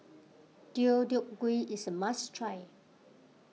Deodeok Gui is a must try